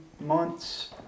months